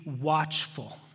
watchful